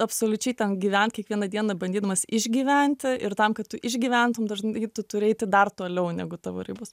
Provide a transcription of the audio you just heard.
absoliučiai ten gyvent kiekvieną dieną bandydamas išgyventi ir tam kad tu išgyventum dažnai tu turi eiti dar toliau negu tavo ribos